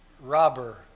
robber